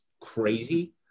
crazy